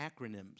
acronyms